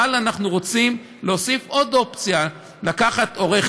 אבל אנחנו רוצים להוסיף עוד אופציה: לקחת עורך